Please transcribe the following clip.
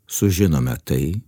sužinome tai